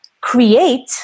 create